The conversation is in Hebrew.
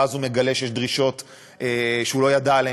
ואז הוא מגלה שיש דרישות שהוא לא ידע עליהן,